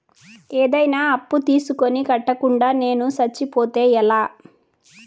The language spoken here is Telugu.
ఏదైనా అప్పు తీసుకొని కట్టకుండా నేను సచ్చిపోతే ఎలా